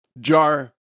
Jar